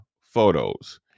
photos